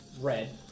red